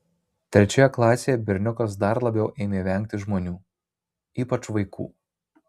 trečioje klasėje berniukas dar labiau ėmė vengti žmonių ypač vaikų